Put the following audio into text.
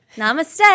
Namaste